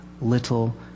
little